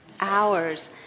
Hours